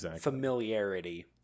familiarity